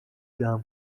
جمع